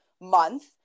month